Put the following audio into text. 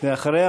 ואחריה,